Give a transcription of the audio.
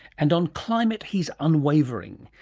and on climate he's unwavering.